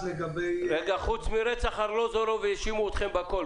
חוץ מרצח ארלוזורוב האשימו אתכם בכול.